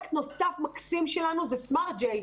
פרויקט מקסים נוסף שלנו הוא smart-J,